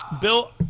Bill